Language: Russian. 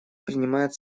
принимает